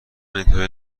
اینطوری